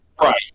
right